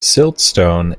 siltstone